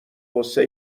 غصه